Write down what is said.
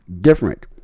different